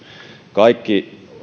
kaikki